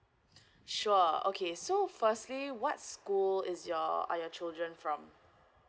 sure okay so firstly what school is your are your children from